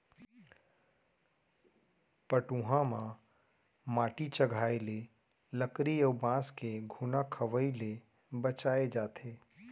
पटउहां म माटी चघाए ले लकरी अउ बांस के घुना खवई ले बचाए जाथे